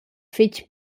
fetg